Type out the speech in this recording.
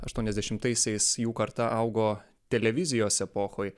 aštuoniasdešimtaisiais jų karta augo televizijos epochoj